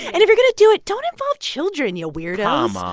and if you're going to do it, don't involve children, you weirdos um ah